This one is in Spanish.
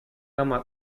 cama